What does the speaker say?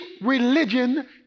religion